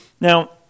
Now